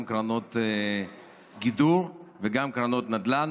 גם קרנות גידור וגם קרנות נדל"ן.